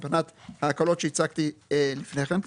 ההקלות שהצגתי לפני כן,